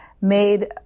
made